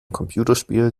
computerspiel